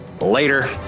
later